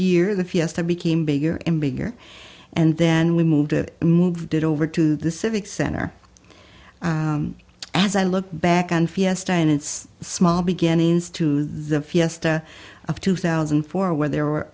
year the fiesta became bigger and bigger and then we moved to moved it over to the civic center as i look back on fiesta and its small beginnings to the fiesta of two thousand and four where ther